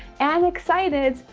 and excited.